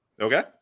Okay